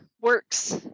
works